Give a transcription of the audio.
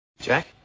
Jack